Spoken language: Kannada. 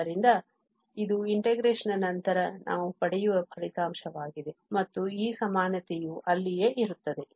ಆದ್ದರಿಂದ ಇದು integration ನ ನಂತರ ನಾವು ಪಡೆಯುವ ಫಲಿತಾಂಶವಾಗಿದೆ ಮತ್ತು ಈ ಸಮಾನತೆಯು ಅಲ್ಲಿಯೇ ಇರುತ್ತದೆ